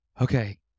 Okay